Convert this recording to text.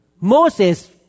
Moses